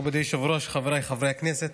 מכובדי היושב-ראש, חבריי חברי הכנסת,